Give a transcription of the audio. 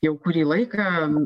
jau kurį laiką